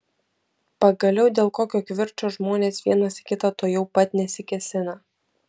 pagaliau dėl kokio kivirčo žmonės vienas į kitą tuojau pat nesikėsina